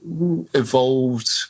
evolved